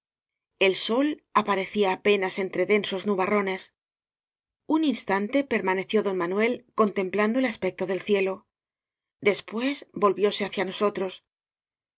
el sol aparecía ape nas entre densos nubarrones un instante permaneció don juan manuel contemplando el aspecto del cielo después volvióse hacia nosotros